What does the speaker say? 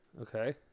Okay